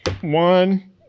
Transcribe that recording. one